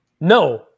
No